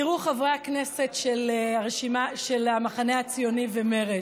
תראו, חברי הכנסת של המחנה הציוני ומרצ,